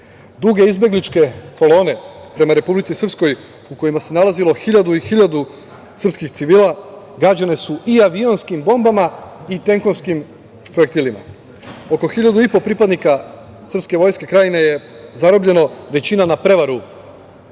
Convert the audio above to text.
izbegličke kolone prema Republici Srpskoj u kojima se nalazilo hiljadu i hiljadu srpskih civila gađane su i avionskim bombama i tenkovskim projektilima. Oko hiljadu i po pripadnika srpske vojske Krajine je zarobljeno, većina na prevaru,